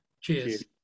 Cheers